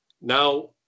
Now